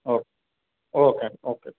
okay okay అండి okay